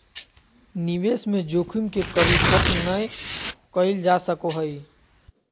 निवेश में जोखिम के कभी खत्म नय कइल जा सको हइ